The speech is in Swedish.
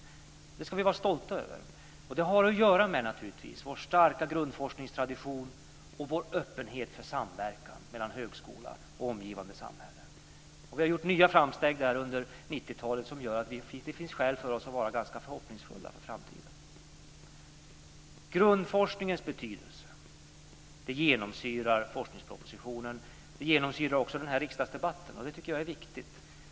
Det ska vi vara stolta över. Det har naturligtvis att göra med vår starka grundforskningstradition och vår öppenhet för samverkan mellan högskola och omgivande samhälle. Vi har gjort nya framsteg där under 90-talet som ger oss skäl att vara ganska förhoppningsfulla för framtiden. Grundforskningens betydelse genomsyrar forskningspropositionen. Det genomsyrar också den här riksdagsdebatten. Det tycker jag är viktigt.